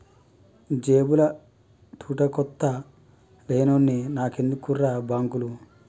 జేబుల తూటుకొత్త లేనోన్ని నాకెందుకుర్రా బాంకులు